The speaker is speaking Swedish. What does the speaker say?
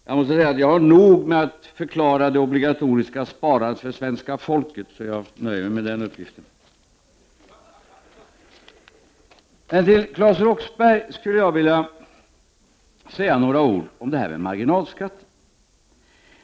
Jag måste säga att jag har nog med att förklara det obligatoriska sparandet för svenska folket, så jag nöjer mig med den uppgiften. Till Claes Roxbergh skulle jag vilja säga några ord om detta med marginalskatter.